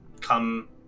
come